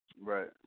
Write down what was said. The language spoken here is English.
Right